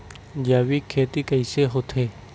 जैविक खेती कइसे होथे?